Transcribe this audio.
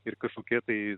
ir kažkokie tai